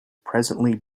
presently